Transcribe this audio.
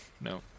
No